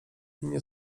nie